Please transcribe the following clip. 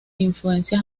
influencia